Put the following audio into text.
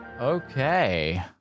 Okay